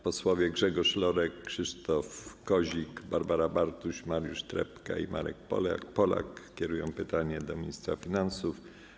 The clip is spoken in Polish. Posłowie Grzegorz Lorek, Krzysztof Kozik, Barbara Bartuś, Mariusz Trepka i Marek Polak kierują pytanie do ministra finansów.